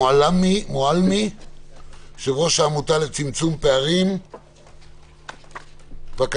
מועלמי, יו"ר העמותה לצמצום פערים, בבקשה.